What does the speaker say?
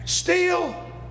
Steal